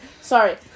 Sorry